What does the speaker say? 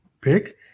pick